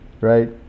right